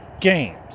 games